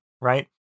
right